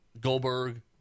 Goldberg